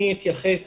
לגבי